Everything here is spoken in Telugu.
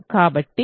కాబట్టి 1 0